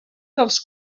dels